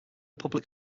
public